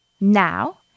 Now